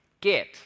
get